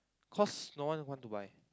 cause no one want to buy